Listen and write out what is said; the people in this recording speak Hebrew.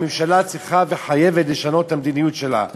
הממשלה צריכה וחייבת לשנות את המדיניות שלה,